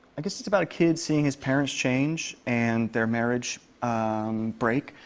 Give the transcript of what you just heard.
i guess it's about a kid seeing his parents change and their marriage break.